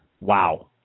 Wow